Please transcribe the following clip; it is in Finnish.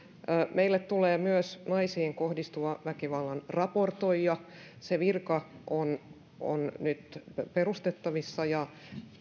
meille tulee myös naisiin kohdistuvan väkivallan raportoija se virka on on nyt perustettavissa ja